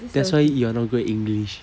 that's why you are not good at english